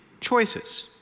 choices